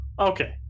Okay